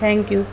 thank you